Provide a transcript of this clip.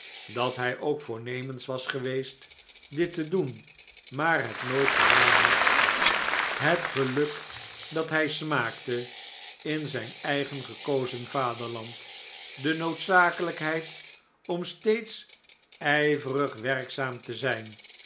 dat hij ook voornemens was geweest dit te doen maar het nooit gedaan had het geluk dat hij smaakte in zijn eigen gekozen vaderland de noodzakelijkheid om steeds ijverig werkzaam te zijn